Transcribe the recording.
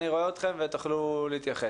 אני רואה אתכם ואתם תוכלו להתייחס.